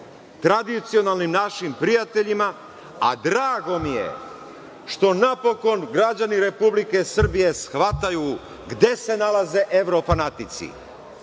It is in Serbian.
tradicionalnim našim prijateljima, a drago mi je što napokon građani Republike Srbije shvataju gde se nalaze evrofanatici.